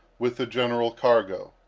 with a general cargo,